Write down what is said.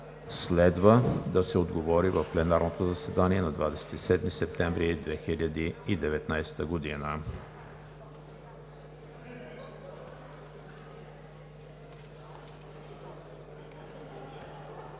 Следва да се отговори в пленарното заседание на 27 септември 2019 г.